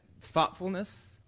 thoughtfulness